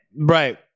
Right